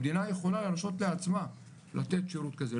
המדינה יכולה להרשות לעצמה לתת שירות כזה,